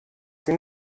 sie